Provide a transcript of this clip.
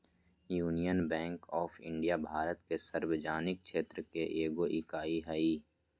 union bank of India Bharat के सार्वजनिक क्षेत्र के एगो इकाई हइ